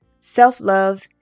self-love